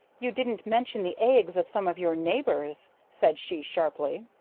you didn't mention the eggs of some of your neighbors, said she sharply.